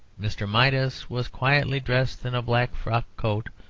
mr. midas was quietly dressed in a black frock coat,